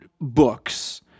books